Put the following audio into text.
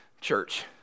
church